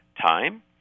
time